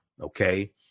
Okay